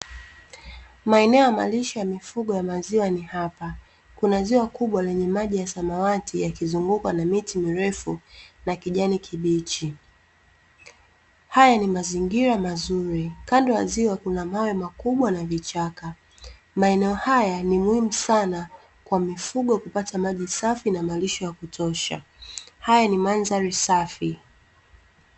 Maeneo ya malisho ya mifugo ya maziwa ni hapa, kuna ziwa kubwa lenye maji ya samawati yakizungukwa na miti mirefu na kijani kibichi, haya ni mazingira mazuri ,kando ya ziwa kuna mawe makubwa na vichaka, maeneo haya ni muhimu sana kwa mifugo kupata maji safi na malisho ya kutosha, haya ni mandhari safi.